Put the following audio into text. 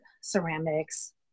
ceramics